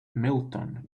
milton